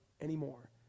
anymore